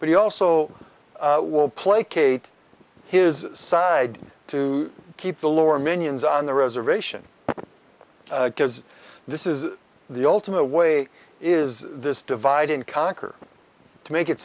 but he also will placate his side to keep the lower minions on the reservation because this is the ultimate way is this divide and conquer to make it